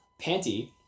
Panty